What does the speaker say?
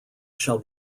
shall